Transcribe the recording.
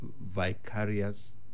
vicarious